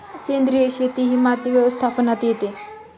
सेंद्रिय शेती ही माती व्यवस्थापनात येते